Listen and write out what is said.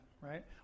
right